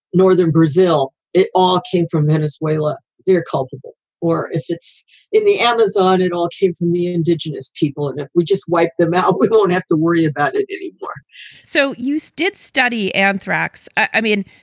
northern brazil, it all came from venezuela. they are culpable or if it's in the amazon at all. she's from the indigenous people. if we just wipe them out, we don't have to worry about it anymore so you did study anthrax. i mean,